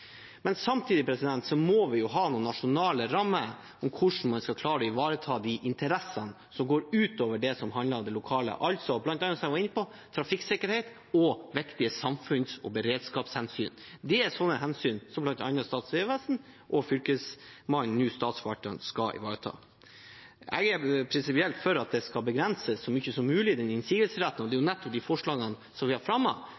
Men samtidig må vi ha noen nasjonale rammer for hvordan man skal klare å ivareta de interessene som går utover det som handler om det lokale – altså bl.a. trafikksikkerhet og viktige samfunns- og beredskapshensyn, som jeg var inne på. Det er sånne hensyn bl.a. Statens vegvesen og Fylkesmannen, nå Statsforvalteren, skal ivareta. Jeg er prinsipielt for at innsigelsesretten skal begrenses så mye som mulig, og det